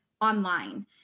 online